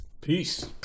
Peace